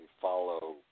follow